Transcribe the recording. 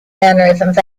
mannerisms